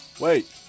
Wait